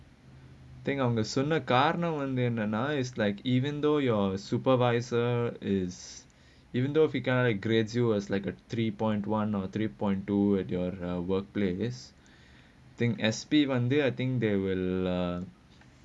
think of the sooner cardinal and then now is like even though your supervisor is even though if he kind of grades you as like a three point one or three point two at your workplace think S_P one day I think they will uh